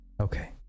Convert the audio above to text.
okay